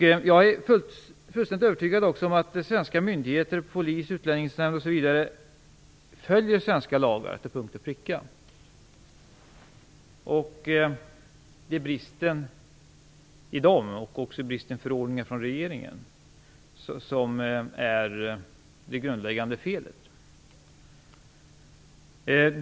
Jag är fullständigt övertygad om att svenska myndigheter, polis, Utlänningsnämnd osv. följer svenska lagar till punkt och pricka. Det är bristen i lagarna och bristen i förordningarna från regeringen som är det grundläggande felet.